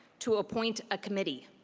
to appoint a committee.